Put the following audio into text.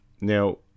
now